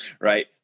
right